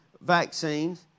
vaccines